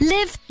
Live